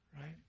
right